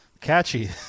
Catchy